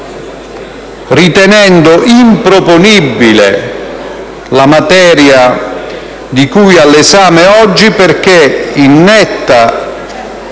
ritenendo improponibile la materia oggi in esame perché in netta